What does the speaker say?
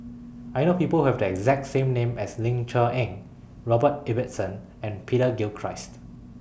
I know People Who Have The exact name as Ling Cher Eng Robert Ibbetson and Peter Gilchrist